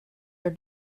are